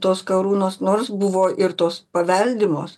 tos karūnos nors buvo ir tos paveldimos